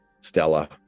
stella